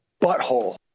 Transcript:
Butthole